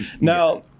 Now